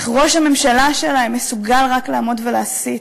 איך ראש הממשלה שלהם מסוגל רק לעמוד ולהסית,